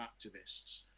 activists